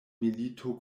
milito